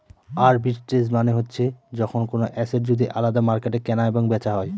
arbitrage মানে হচ্ছে যখন কোনো এসেট যদি আলাদা মার্কেটে কেনা এবং বেচা হয়